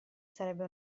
sarebbe